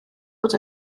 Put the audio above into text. bod